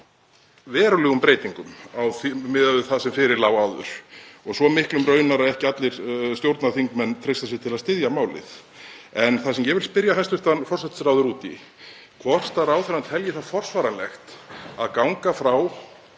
verulegum breytingum miðað við það sem fyrir lá áður, svo miklum raunar að ekki allir stjórnarþingmenn treysta sér til að styðja málið. En það sem ég vil spyrja hæstv. forsætisráðherra út í er hvort ráðherrann telji það forsvaranlegt að ganga frá